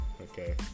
Okay